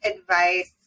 advice